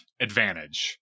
advantage